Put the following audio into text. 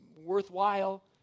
worthwhile